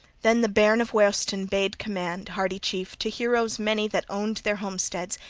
then the bairn of weohstan bade command, hardy chief, to heroes many that owned their homesteads,